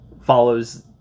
follows